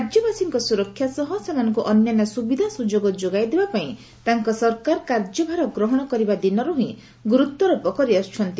ରାଜ୍ୟବାସୀଙ୍କର ସୁରକ୍ଷା ସହ ସେମାନଙ୍କୁ ଅନ୍ୟାନ୍ୟ ସୁବିଧା ସୁଯୋଗ ଯୋଗାଇ ଦେବା ପାଇଁ ତାଙ୍କ ସରକାର କାର୍ଯ୍ୟଭାର ଗ୍ରହଣ କରିବା ଦିନରୁ ହିଁ ଗୁରୁତ୍ୱାରୋପ କରି ଆସୁଛନ୍ତି